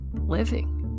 living